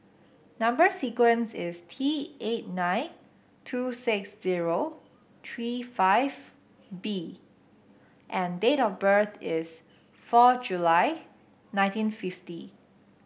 number sequence is T eight nine two six zero three five B and date of birth is four July nineteen fifty